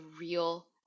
real